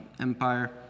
Empire